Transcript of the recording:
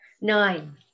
Nine